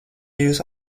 jūs